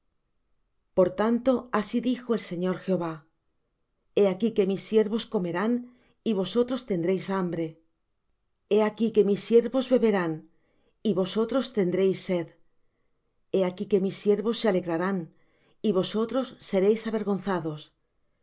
por tanto así dijo el señor jehová he aquí que mis siervos comerán y vosotros tendréis hambre he aquí que mis siervos beberán y vosotros tendréis sed he aquí que mis siervos se alegrarán y vosotros seréis avergonzados